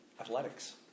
athletics